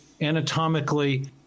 anatomically